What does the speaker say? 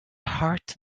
heart